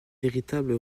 véritable